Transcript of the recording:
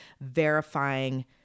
verifying